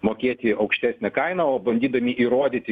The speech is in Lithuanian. mokėti aukštesnę kainą o bandydami įrodyti